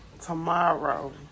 tomorrow